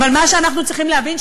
אבל מה שאנחנו צריכים להבין,